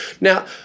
Now